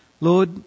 Lord